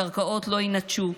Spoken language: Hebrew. הקרקעות לא יינטשו,